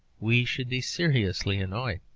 we should be seriously annoyed.